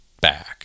back